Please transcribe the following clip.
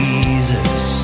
Jesus